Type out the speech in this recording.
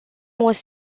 was